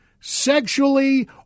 sexually